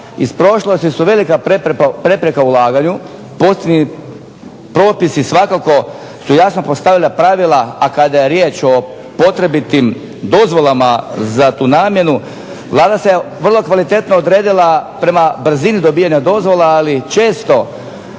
iz prošlosti su velika prepreka ulaganju. Posljednji propisi svakako su jasno postavili pravila, a kada je riječ o potrebitim dozvolama za tu namjenu Vlada se vrlo kvalitetno odredila prema brzini dobivene dozvole, ali često